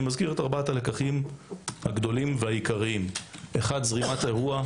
אני מזכיר את ארבעת הלקחים הגדולים והעיקריים: זרימת האירוע,